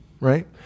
right